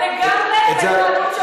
אתה הגזמת לגמרי.